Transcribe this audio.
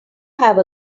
have